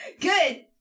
Good